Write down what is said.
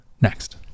next